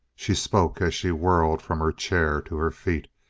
she spoke as she whirled from her chair to her feet.